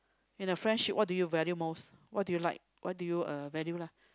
in a friendship what do you value most what do you like what do you uh value lah